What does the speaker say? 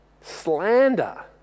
Slander